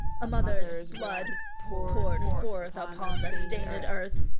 a mother's blood, poured forth upon the stained earth,